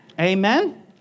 Amen